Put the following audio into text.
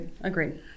Agreed